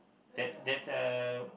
that that uh